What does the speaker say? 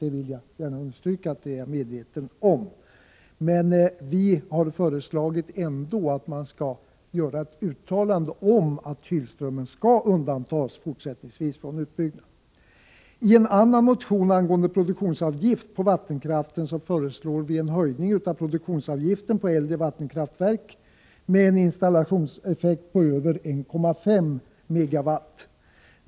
Jag vill understryka att jag är medveten om detta. Vi har ändå föreslagit att man bör göra ett uttalande om att Hylströmmen skall undantas från utbyggnad. I en annan motion, beträffande produktionsavgift på vattenkraft, föreslår vi en höjning av produktionsavgiften på äldre vattenkraftverk med en installationseffekt på över 1,5 MW.